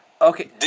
Okay